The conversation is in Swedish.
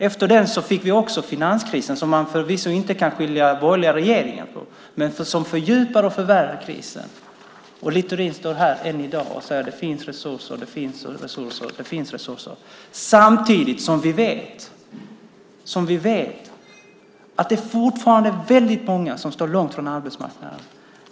Efter det fick vi också finanskrisen, som man förvisso inte kan beskylla den borgerliga regeringen för. Men den fördjupar och förvärrar krisen. Littorin står ändå här i dag och säger: Det finns resurser, det finns resurser och det finns resurser. Samtidigt vet vi att det fortfarande är väldigt många som står långt från arbetsmarknaden.